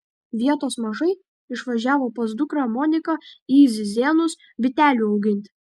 vietos mažai išvažiavo pas dukrą moniką į zizėnus bitelių auginti